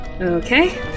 Okay